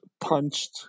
punched